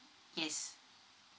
yes